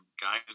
guys